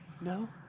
no